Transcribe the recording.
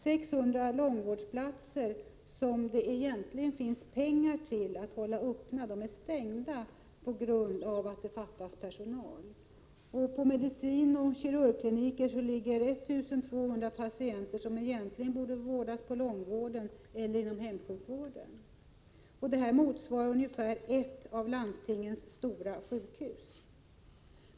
600 långvårdsplatser, som det egentligen finns pengar till att hålla öppna, är stängda på grund av att det fattas personal. På medicinoch kirurgkliniker ligger 1 200 patienter, som egentligen borde vårdas inom långvården eller inom hemsjukvården. Detta motsvarar ungefär ett av landstingets stora sjukhus.